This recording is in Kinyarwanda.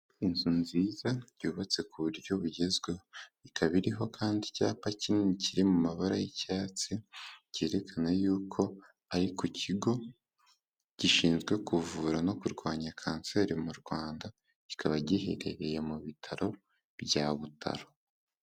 Inzu nziza yubatse ku buryo bugezweho ikaba iriho kandi icyapa kinini kiri mu mabara y'icyatsi cyerekana yuko ari ku kigo gishinzwe kuvura no kurwanya kanseri mu Rwanda kikaba giherereye mu bitaro bya Butaro